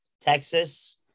Texas